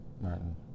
Martin